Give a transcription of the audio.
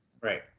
right